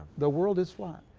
the world is flat.